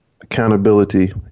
accountability